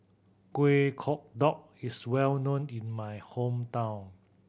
Kueh Kodok is well known in my hometown